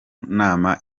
nama